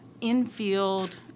in-field